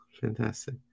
Fantastic